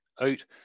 out